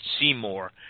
Seymour